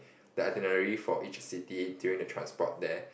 the itinerary for each city during the transport there